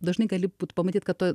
dažnai gali būt pamatyt kad to